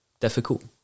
Difficult